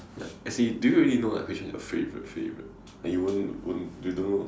like as in do you really know which one is your favorite favorite that you won't won't you don't know